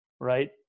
right